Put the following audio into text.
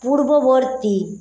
পূর্ববর্তী